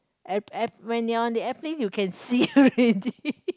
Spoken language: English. air air when you're on the airplane you can see already